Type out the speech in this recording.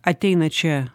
ateina čia